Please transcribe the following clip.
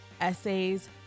essays